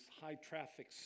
high-traffic